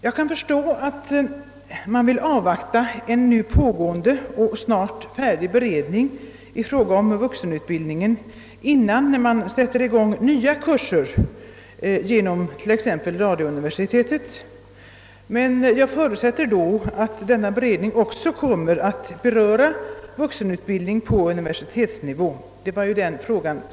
Jag kan förstå att man vill avvakta en pågående och nu snart färdig beredning i fråga om vuxenutbildningen innan man sätter i gång nya kurser genom t.ex. radiouniversitetet, men jag förutsätter då att denna beredning också kommer att beröra vuxenutbildningen på universitetsnivå.